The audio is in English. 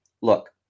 Look